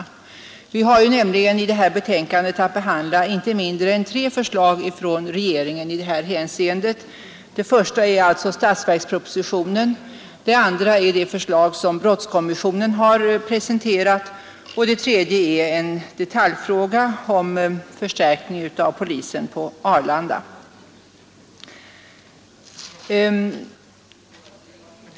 Vi har nämligen i det föreliggande betänkandet haft att behandla inte mindre än tre förslag från regeringen i de här hänseendena. 49 Det första är alltså statsverkspropositionen, det andra är det förslag som brottskommissionen har presenterat, och det tredje är en detaljfråga om förstärkning av polisen på Arlanda.